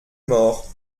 mort